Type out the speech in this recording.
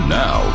now